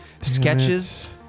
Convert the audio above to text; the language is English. sketches